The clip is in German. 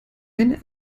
eine